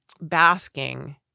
basking